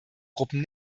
gruppen